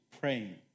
praying